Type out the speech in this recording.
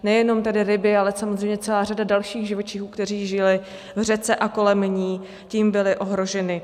Nejenom tedy ryby, ale samozřejmě celá řada dalších živočichů, kteří žili v řece i kolem ní, tím byla ohrožena.